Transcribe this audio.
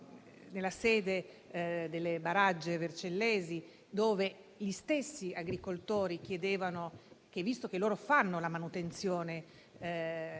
nella sede delle Baragge vercellesi, dove gli stessi agricoltori chiedono - visto che sono loro a fare la manutenzione